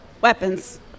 weapons